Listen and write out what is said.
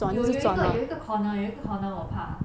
有有一个有一个 corner 一个 corner 我怕